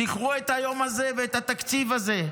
זכרו את היום הזה ואת התקציב הזה.